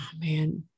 man